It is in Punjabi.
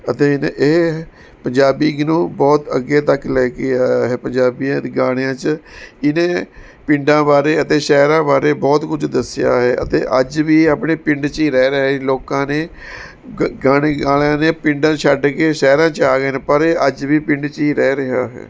ਅਤੇ ਇਹਨੇ ਇਹ ਪੰਜਾਬੀ ਨੂੰ ਬਹੁਤ ਅੱਗੇ ਤੱਕ ਲੈ ਕੇ ਆਇਆ ਹੈ ਪੰਜਾਬੀਆਂ ਗਾਣਿਆਂ 'ਚ ਇਹਨੇ ਪਿੰਡਾਂ ਬਾਰੇ ਅਤੇ ਸ਼ਹਿਰਾਂ ਬਾਰੇ ਬਹੁਤ ਕੁੱਝ ਦੱਸਿਆ ਹੈ ਅਤੇ ਅੱਜ ਵੀ ਆਪਣੇ ਪਿੰਡ 'ਚ ਹੀ ਰਹਿ ਰਿਹਾ ਲੋਕਾਂ ਨੇ ਗਾਣੇ ਗਾਉਣ ਵਾਲਿਆਂ ਨੇ ਪਿੰਡ ਛੱਡ ਕੇ ਸ਼ਹਿਰਾਂ 'ਚ ਆ ਗਏ ਨੇ ਪਰ ਇਹ ਅੱਜ ਵੀ ਪਿੰਡਾਂ 'ਚ ਹੀ ਰਹਿ ਰਿਹਾ ਹੈ